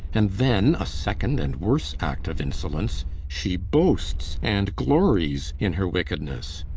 and then a second and worse act of insolence she boasts and glories in her wickedness.